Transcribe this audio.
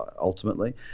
ultimately